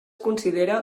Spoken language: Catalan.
considera